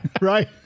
Right